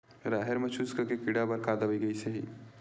राहेर म चुस्क के कीड़ा बर का दवाई कइसे ही?